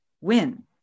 win